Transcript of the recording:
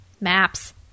Maps